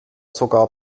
sogar